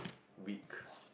weak